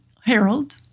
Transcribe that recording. Harold